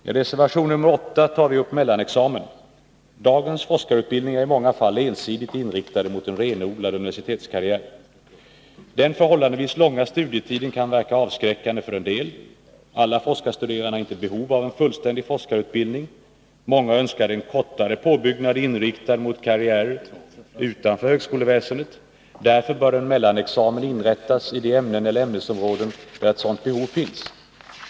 I reservation nr 8 tar vi upp mellanexamen. Dagens forskarutbildningar är i många fall ensidigt inriktade mot en renodlad universitetskarriär. Den förhållandevis långa studietiden kan verka avskräckande för en del. Alla forskarstuderande har inte behov av en fullständig forskarutbildning. Många önskar en kortare påbyggnad inriktad mot karriär utanför högskoleväsendet. Därför bör en mellanexamen inrättas i de ämnen eller ämnesområden där ett sådant behov finns.